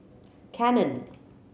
Canon